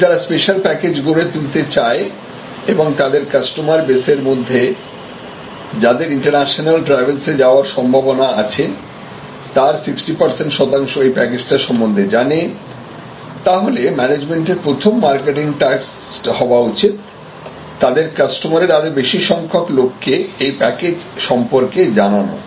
যদি তারা special package গড়ে তুলতে চায় এবং তাদের কাস্টমার বেসের মধ্যে যাদের ইন্টারন্যাশনাল ট্রাভেলস যাওয়ার সম্ভাবনা আছে তার 60 শতাংশ এই প্যাকেজটা সম্পর্কে জানে তাহলে ম্যানেজমেন্ট এর প্রথম মার্কেটিং টাস্ক হওয়া উচিত তাদের কাস্টমারের আরো বেশি সংখ্যক লোককে এই প্যাকেজ সম্পর্কে জানানো